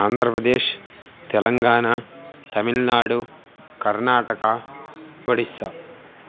आन्द्रप्रदेशः तेलङ्गाना तमिल्नाडु कर्णाटका ओडिस्सा